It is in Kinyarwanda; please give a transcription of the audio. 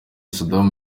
saddam